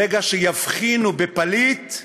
ברגע שיבחינו בפליט,